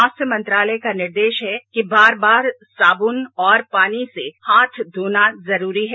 स्वास्थ्य मंत्रालय का निर्देश है कि बार बार साबुन और पानी से हाथ धोना जरूरी है